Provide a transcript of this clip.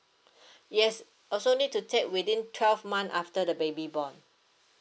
yes also need to take within twelve month after the baby born